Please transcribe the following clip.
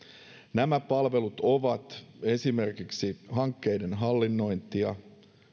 nämä palvelut ovat esimerkiksi hankkeiden hallinnointia